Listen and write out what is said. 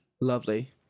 Lovely